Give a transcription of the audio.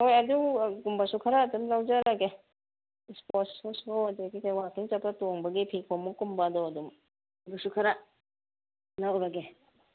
ꯍꯣꯏ ꯑꯗꯨꯒꯨꯝꯕꯁꯨ ꯈꯔ ꯑꯗꯨꯝ ꯂꯧꯖꯔꯒꯦ ꯏꯁꯄꯣꯔꯠ ꯁꯨꯁ ꯍꯣ ꯑꯗꯒꯤ ꯋꯥꯛꯀꯤꯡ ꯆꯠꯄ ꯇꯣꯡꯕꯒꯤ ꯐꯤ ꯈꯣꯡꯎꯞ ꯀꯨꯝꯕꯗꯣ ꯑꯗꯨꯝ ꯑꯗꯨꯁꯨ ꯈꯔ ꯂꯧꯔꯒꯦ